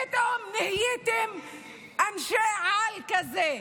פתאום נהייתם אנשי-על כאלה.